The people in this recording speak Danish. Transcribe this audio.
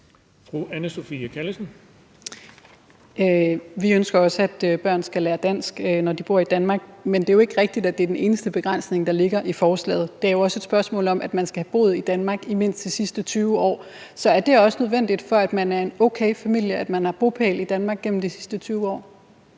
Callesen (RV): Vi ønsker også, at børn skal lære dansk, når de bor i Danmark, men det er jo ikke rigtigt, at det er den eneste begrænsning, der ligger i forslaget. Det er jo også et spørgsmål om, at man skal have boet i Danmark i minimum 20 år. Er det også nødvendigt for at være en okay familie, at man har haft bopæl i Danmark gennem de sidste 20 år?